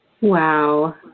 Wow